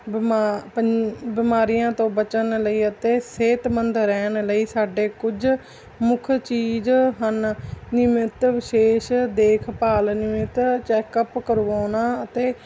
ਬਿਮਾ ਪੰ ਬਿਮਾਰੀਆਂ ਤੋਂ ਬਚਣ ਲਈ ਅਤੇ ਸਿਹਤਮੰਦ ਰਹਿਣ ਲਈ ਸਾਡੇ ਕੁਝ ਮੁੱਖ ਚੀਜ਼ ਹਨ ਨਿਮਿਤ ਵਿਸ਼ੇਸ਼ ਦੇਖਭਾਲ ਨਿਮਿਤ ਚੈੱਕਅਪ ਕਰਵਾਉਣਾ ਅਤੇ